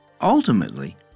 Ultimately